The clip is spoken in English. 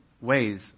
ways